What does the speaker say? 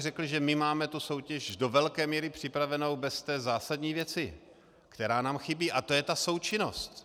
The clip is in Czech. Řekl bych, že my máme soutěž do velké míry připravenou, bez té zásadní věci, která nám chybí, a to je ta součinnost.